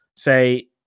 say